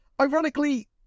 ironically